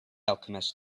alchemist